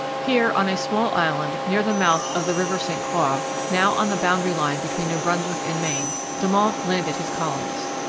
here, on a small island near the mouth of the river st croix, now on the boundary-line between new brunswick and maine, de monts landed his colonists.